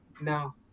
no